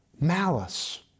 malice